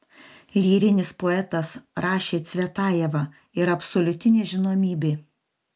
lyrinis poetas rašė cvetajeva yra absoliuti nežinomybė